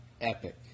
epic